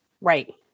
Right